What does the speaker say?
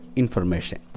information